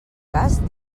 cas